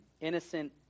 innocent